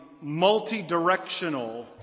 multi-directional